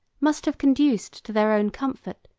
must have conduced to their own comfort,